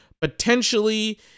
potentially